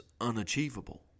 unachievable